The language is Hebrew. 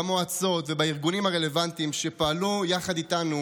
במועצות ובארגונים הרלוונטיים, שפעלו יחד איתנו